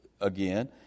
again